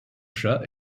chats